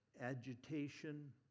agitation